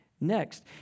next